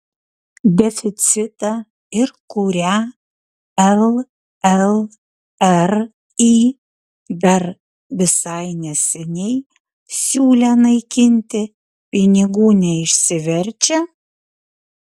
deficitą ir kurią llri dar visai neseniai siūlė naikinti pinigų neišsiverčia